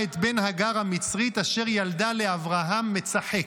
"ותראה שרה את בן הגר המצרית אשר ילדה לאברהם מצחק".